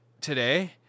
Today